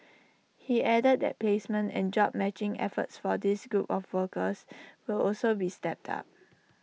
he added that placement and job matching efforts for this group of workers will also be stepped up